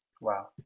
Wow